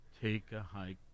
Take-A-Hike